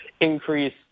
increase